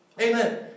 Amen